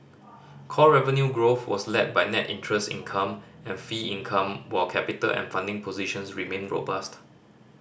core revenue growth was led by net interest income and fee income while capital and funding positions remain robust